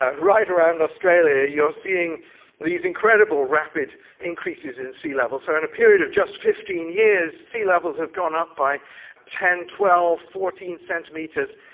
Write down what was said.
ah right around australia you are seeing these incredible rapid increases in sea level. so in a period of just fifteen years sea levels have gone up by ten, twelve, fourteen centimetres,